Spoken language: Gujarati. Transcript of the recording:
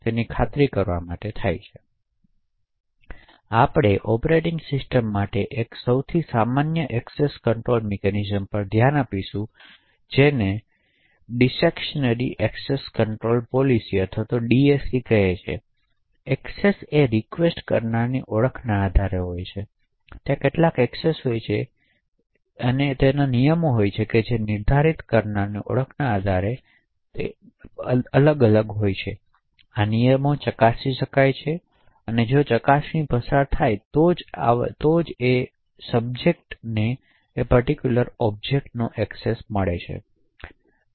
તેથી આપણે ઑપરેટિંગ સિસ્ટમ માટેની એક સૌથી સામાન્ય એક્સેસ કંટ્રોલ મિકેનિઝમ પર ધ્યાન આપીશું જેને ડિસેક્શનરી એક્સેશન કંટ્રોલ પોલિસી અથવા DAC કહે છે એક્સેસ એ રીકવેસ્ટ કરનારની ઓળખના આધારે હોય છે ત્યાં કેટલીક એક્સેસ હોય છે નિયમો કે જે નિર્ધારિત કરનારની ઓળખના આધારે નિર્ધારિત હોય છે આ નિયમો ચકાસી શકાય છે અને જો ચકાસણી જ પસાર થાય છે તો જ આ આવશ્યકતા જે આ સબજેક્ટ છે તેને અનુરૂપ ઑબ્જેક્ટનો એક્સેસ મેળવશે